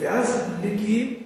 ואז מגיעים לשם,